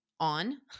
on